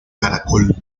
caracol